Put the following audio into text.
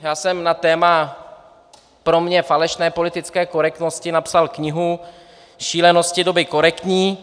Já jsem na téma pro mě falešné politické korektnosti napsal knihu Šílenosti doby korektní.